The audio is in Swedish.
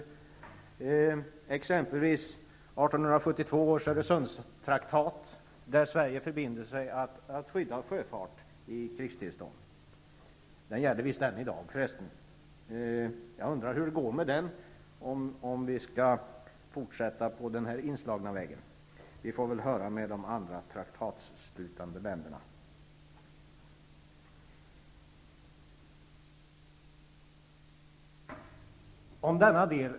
Ett exempel är 1872 års Öresundstraktat, där Sverige förbinder sig att skydda sjöfart i krigstillstånd. Den gäller fortfarande. Jag undrar hur det kommer att gå med den om vi fortsätter på den inslagna vägen. Vi får väl höra med de andra traktatsslutande länderna.